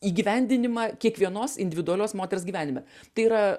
įgyvendinimą kiekvienos individualios moters gyvenime tai yra